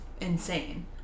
insane